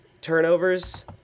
turnovers